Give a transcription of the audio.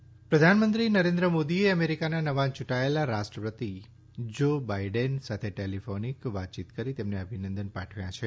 Biden પ્રધાનમંત્રી નરેન્દ્ર મોદીએ અમેરીકાના નવા યુંટાયેલા રાષ્ટ્રપતિ જો બાઇડન સાથે ટેલીફોનીક વાતચીત કરી તેમને અભિનંદન પાઠવ્યા છે